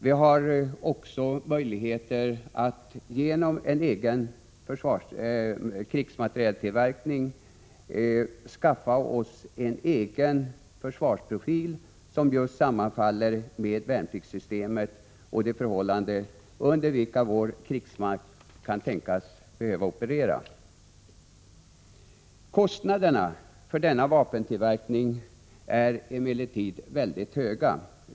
Vi kan också genom en egen krigsmaterieltillverkning skaffa oss en egen försvarsprofil som sammanfaller med värnpliktssystemet och som passar de förhållanden under vilka vår krigsmakt kan tänkas behöva operera. Kostnaderna för vapentillverkningen är emellertid mycket höga.